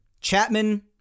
Chapman